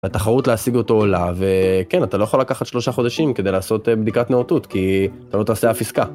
התחרות להשיג אותו עולה, וכן אתה לא יכול לקחת שלושה חודשים כדי לעשות בדיקת נאותות, כי אתה לא תעשה אף עסקה.